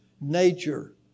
nature